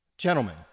Gentlemen